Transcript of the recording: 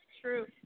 True